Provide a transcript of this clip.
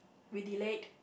we delayed